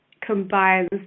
combines